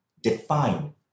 define